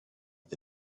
the